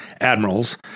admirals